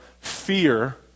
fear